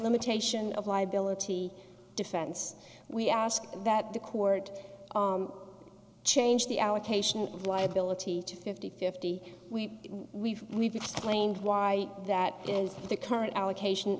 limitation of liability defense we ask that the court change the allocation of liability to fifty fifty we've we've explained why that is the current allocation